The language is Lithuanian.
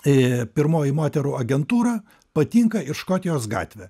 ė pirmoji moterų agentūra patinka ir škotijos gatvė